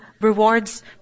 rewards